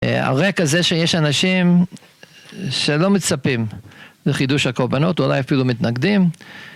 על רקע זה שיש אנשים שלא מצפים לחידוש הקורבנות, אולי אפילו מתנגדים.